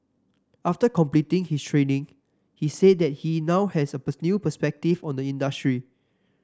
after completing his training he said that he now has a new perspective on the industry